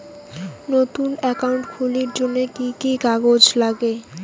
নতুন একাউন্ট খুলির জন্যে কি কি কাগজ নাগে?